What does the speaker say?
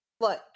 Look